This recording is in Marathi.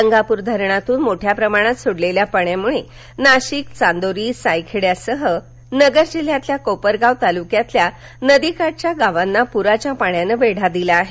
गंगापूर धरणातून मोठ्या प्रमाणात सोडलेल्या पाण्यामुळे नाशिक चांदोरी सायखेड्यासह अहमदनगर जिल्ह्यातील कोपरगाव तालुक्यातील नदीकाठच्या गावांना पुराच्या पाण्याने वेढा दिला आहे